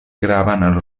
gravan